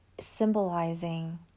symbolizing